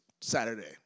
Saturday